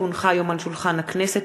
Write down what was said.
כי הונחה היום על שולחן הכנסת,